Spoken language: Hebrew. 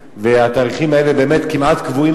והתאריכים האלה באמת כמעט קבועים,